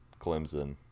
Clemson